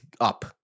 up